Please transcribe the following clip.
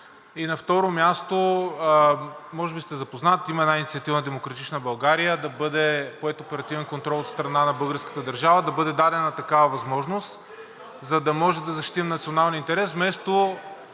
На второ място. Може би сте запознат, че има една инициатива на „Демократична Българи“ да бъде поет оперативен контрол от страна на българската държава, да бъде дадена такава възможност, за да можем да защитим националния интерес, вместо